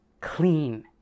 clean